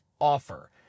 offer